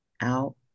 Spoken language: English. out